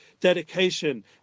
dedication